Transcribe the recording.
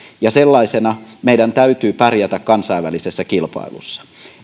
ja sellaisena meidän täytyy pärjätä kansainvälisessä kilpailussa